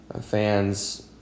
fans